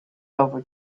over